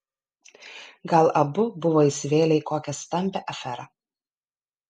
gal abu buvo įsivėlę į kokią stambią aferą